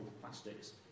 plastics